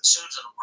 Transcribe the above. Susan